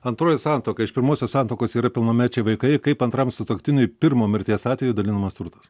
antroji santuoka iš pirmosios santuokos yra pilnamečiai vaikai kaip antram sutuoktiniui pirmojo mirties atveju dalinamas turtas